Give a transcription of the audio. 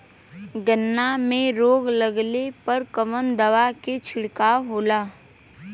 गन्ना में रोग लगले पर कवन दवा के छिड़काव होला?